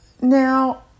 Now